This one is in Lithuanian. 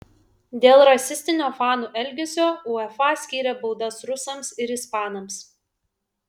dėl rasistinio fanų elgesio uefa skyrė baudas rusams ir ispanams